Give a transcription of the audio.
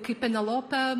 kaip penelope